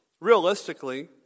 Realistically